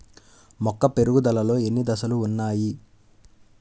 మొక్క పెరుగుదలలో ఎన్ని దశలు వున్నాయి?